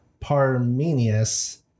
Parmenius